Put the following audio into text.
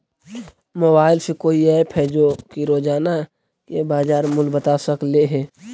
Mobile के कोइ app है जो कि रोजाना के बाजार मुलय बता सकले हे?